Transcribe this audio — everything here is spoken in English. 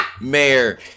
Mayor